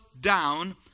down